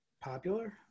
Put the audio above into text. popular